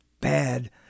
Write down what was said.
bad